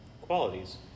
qualities